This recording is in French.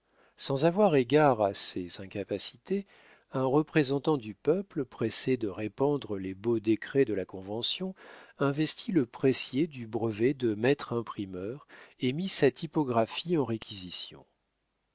sans avoir égard à ses incapacités un représentant du peuple pressé de répandre les beaux décrets de la convention investit le pressier du brevet de maître imprimeur et mit sa typographie en réquisition